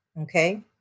okay